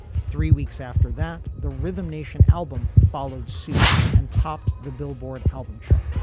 three weeks after that the rhythm nation album followed suit and topped the billboard album track.